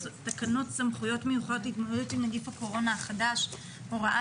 סמכויות מיוחדות להתמודדות עם נגיף הקורונה החדש (הוראת